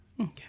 Okay